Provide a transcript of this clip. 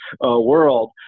world